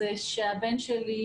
שהבן שלי,